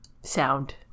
sound